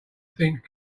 think